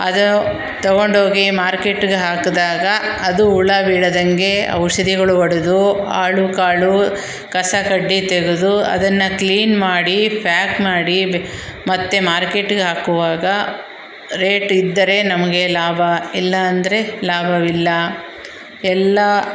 ಅದು ತೊಗೊಂಡೋಗಿ ಮಾರ್ಕೆಟ್ಟಿಗ್ ಹಾಕಿದಾಗ ಅದು ಹುಳ ಬೀಳದಂಗೆ ಔಷಧಿಗಳು ಹೊಡೆದು ಆಳು ಕಾಳು ಕಸ ಕಡ್ಡಿ ತೆಗೆದು ಅದನ್ನು ಕ್ಲೀನ್ ಮಾಡಿ ಪ್ಯಾಕ್ ಮಾಡಿ ಮತ್ತೆ ಮಾರ್ಕೆಟಿಗ್ ಹಾಕುವಾಗ ರೇಟ್ ಇದ್ದರೆ ನಮಗೆ ಲಾಭ ಇಲ್ಲ ಅಂದರೆ ಲಾಭವಿಲ್ಲ ಎಲ್ಲ